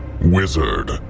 wizard